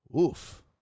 Oof